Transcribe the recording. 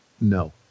no